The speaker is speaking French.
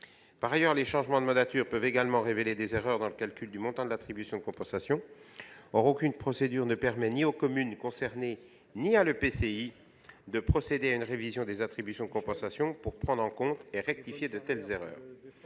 En outre, les changements de mandature peuvent également révéler des erreurs dans le calcul du montant de l'attribution de compensation. Or aucune procédure ne permet ni aux communes concernées ni à l'EPCI de procéder à une révision des attributions de compensation pour prendre en compte et rectifier de telles erreurs.